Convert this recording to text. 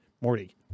Morty